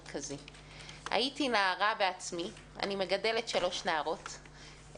גם אני הייתי נערה ואני מגדלת שלוש נערות,